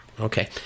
Okay